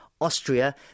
Austria